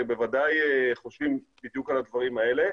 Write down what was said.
ובוודאי חושבים בדיוק על הדברים האלה.